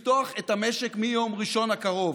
השלישי זה לפתוח את המשק מיום ראשון הקרוב,